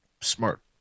smart